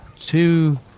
two